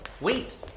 Wait